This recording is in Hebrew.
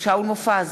שאול מופז,